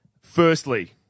Firstly